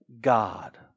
God